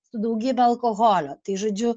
su daugybe alkoholio tai žodžiu